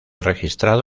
registrado